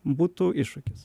būtų iššūkis